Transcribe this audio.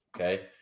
Okay